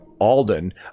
Alden